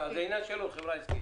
זו חברה עסקית.